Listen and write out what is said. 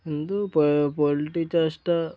কিন্তু প পোলট্রি চাষটা